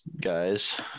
guys